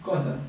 cause ah